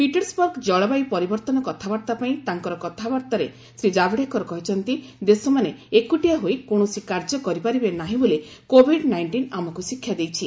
Petersburg ଜଳବାୟୁ ପରିବର୍ତ୍ତନ କଥାବାର୍ତ୍ତା ପାଇଁ ତାଙ୍କର ବାର୍ଭାରେ ଶ୍ରୀ ଜାଭେଡକର କହିଛନ୍ତି ଦେଶମାନେ ଏକୁଟିଆ ହୋଇ କୌଣସି କାର୍ଯ୍ୟ କରିପାରିବେ ନାହିଁ ବୋଲି କୋଭିଡ ନାଇଷ୍ଟିନ୍ ଆମକୁ ଶିକ୍ଷା ଦେଇଛି